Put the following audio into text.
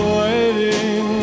waiting